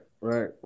right